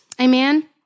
Amen